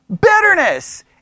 Bitterness